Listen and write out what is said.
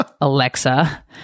Alexa